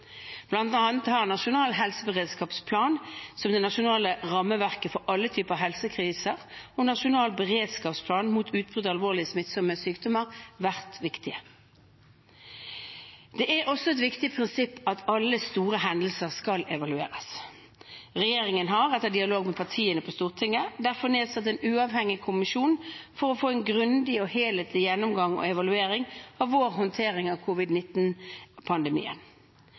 har Nasjonal helseberedskapsplan, som er det nasjonale rammeverket for alle typer helsekriser, og Nasjonal beredskapsplan mot utbrudd av alvorlige smittsomme sykdommer vært viktige. Det er også et viktig prinsipp at alle store hendelser skal evalueres. Regjeringen har, etter dialog med partiene på Stortinget, derfor nedsatt en uavhengig kommisjon for å få en grundig og helhetlig gjennomgang og evaluering av vår håndtering av